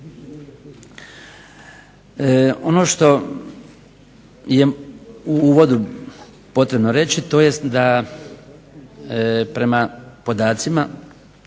Ono što je u uvodu potrebno reći da je prema podacima